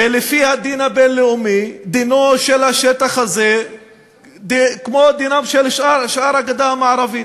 ולפי הדין הבין-לאומי דינו של השטח הזה כמו דינה של שאר הגדה המערבית.